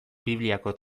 bibliako